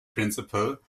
principal